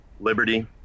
liberty